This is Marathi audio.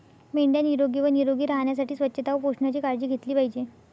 मेंढ्या निरोगी व निरोगी राहण्यासाठी स्वच्छता व पोषणाची काळजी घेतली पाहिजे